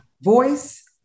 voice